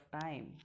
time